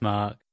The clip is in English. Mark